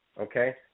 okay